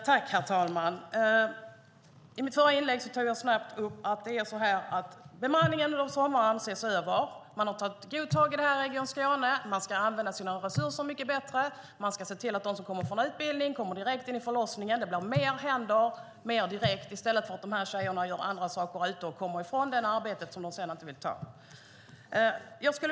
Herr talman! I mitt förra inlägg nämnde jag kort att bemanningen under sommaren ses över. Man har tagit tag i detta i Region Skåne. Man ska använda sina resurser mycket bättre och se till att de som får en utbildning kommer direkt in vid förlossningen. Det blir fler händer direkt, i stället för att dessa tjejer gör andra saker och kommer ifrån det arbete som de sedan inte vill ta.